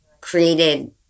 created